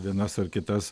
vienas ar kitas